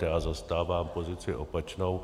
Já zastávám pozici opačnou.